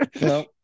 no